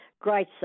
great